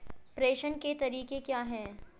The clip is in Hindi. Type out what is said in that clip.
प्रेषण के तरीके क्या हैं?